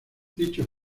dicho